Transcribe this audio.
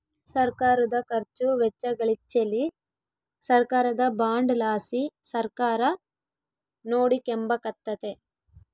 ಸರ್ಕಾರುದ ಖರ್ಚು ವೆಚ್ಚಗಳಿಚ್ಚೆಲಿ ಸರ್ಕಾರದ ಬಾಂಡ್ ಲಾಸಿ ಸರ್ಕಾರ ನೋಡಿಕೆಂಬಕತ್ತತೆ